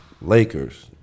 Lakers